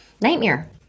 nightmare